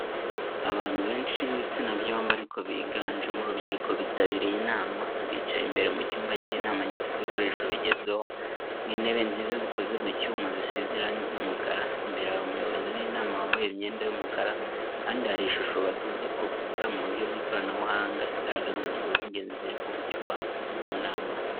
Abantu benshi b'ibitsina byombi ariko biganjemo urubyiruko bitabiriye inama, bicaye imbere mu cyumba cy’inama gifite ibikoresho bigezweho nk'intebe nziza zikoze mu cyuma zisize irangi ry'umukara. Imbere hari umuyobozi w'inama wambaye imyenda y'umukara kandi hari ishusho batunze ku rukuta mu buryo bw'ikoranabuhanga, igaragaza ingingo z'ingenzi ziri kuvugirwa mu nama.